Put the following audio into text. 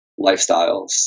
lifestyles